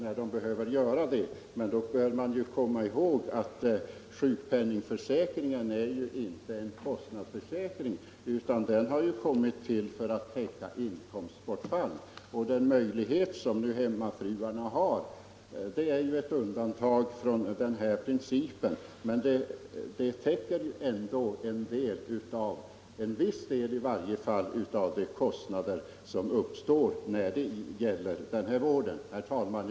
Man bör emellertid då komma ihåg att sjukpenningförsäkringen inte är en kostnadsförsäkring utan har tillkommit för att täcka inkomstbortfall. Den möjlighet som hemmafruar nu har är ett undantag från denna princip, men försäkringen täcker ändå en viss del av de kostnader som uppstår för denna vård. Herr talman!